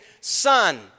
Son